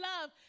love